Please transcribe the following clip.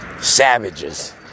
Savages